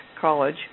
college